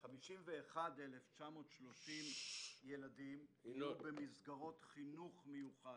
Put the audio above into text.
51,930 ילדים יהיו במסגרות חינוך מיוחד,